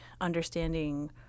understanding